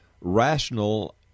rational